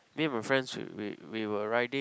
me and my friends we we we were riding